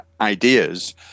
ideas